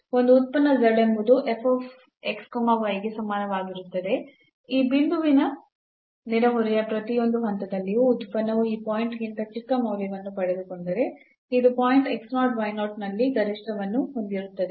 ಒಂದು ಉತ್ಪನ್ನ z ಎಂಬುದು ಗೆ ಸಮನಾಗಿರುತ್ತದೆ ಈ ಬಿಂದುವಿನ ನೆರೆಹೊರೆಯ ಪ್ರತಿಯೊಂದು ಹಂತದಲ್ಲಿಯೂ ಉತ್ಪನ್ನವು ಆ ಪಾಯಿಂಟ್ಗಿಂತ ಚಿಕ್ಕ ಮೌಲ್ಯವನ್ನು ಪಡೆದುಕೊಂಡರೆ ಇದು ಪಾಯಿಂಟ್ ನಲ್ಲಿ ಗರಿಷ್ಠವನ್ನು ಹೊಂದಿರುತ್ತದೆ